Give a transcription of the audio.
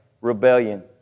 Rebellion